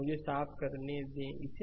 मुझे साफ करने दे इसे